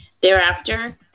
Thereafter